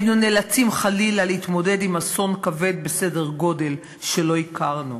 היינו נאלצים חלילה להתמודד עם אסון כבד בסדר גודל שלא הכרנו.